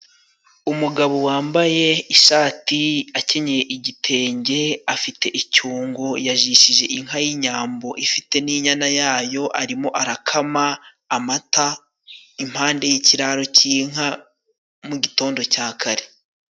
Umugabo wambaye ishati akenyeye igitenge afite icyungo, yajishije inka y'inyambo ifite n'inyana yayo arimo arakama amata impande y'ikiraro cy'inka mu gitondo cya kare.